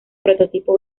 prototipo